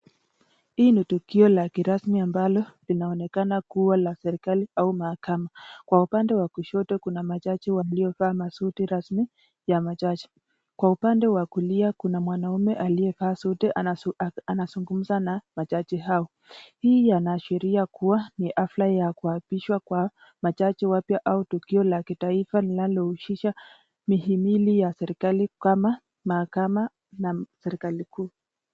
Hii ni tukio la kirasmi ambalo linaonekana kuwa la serikali au mahakama ,kwa upande wa kushoto kuna majaji waliovaa masuti rasmi ya majaji kwa upande wa kulia kuna mwanaume aliyevaa suti anazungumza na majaji hao, hii inaashiria kuwa ni hafla ya kupigwa kwa majaji wapya au tukio la kitaiga linalohusisha mihimili ya serikali kama mahakama na serikali kuu.